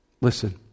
Listen